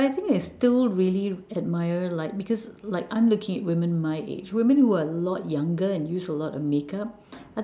but I think I still really admire like because like I'm looking at women my age women who are a lot younger and use a lot of makeup